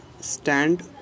stand